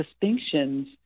distinctions